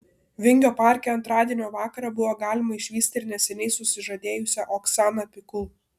vingio parke antradienio vakarą buvo galima išvysti ir neseniai susižadėjusią oksaną pikul